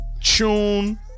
Tune